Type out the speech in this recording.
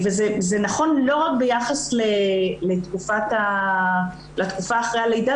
זה נכון לא רק ביחס לתקופה אחרי הלידה,